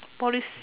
polys